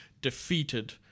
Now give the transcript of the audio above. defeated